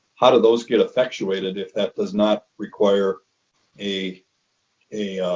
how do those get effectuated if that does not require a a